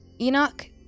Enoch